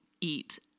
eat